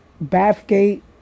Bathgate